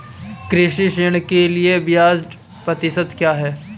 कृषि ऋण के लिए ब्याज प्रतिशत क्या है?